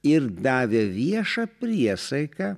ir davė viešą priesaiką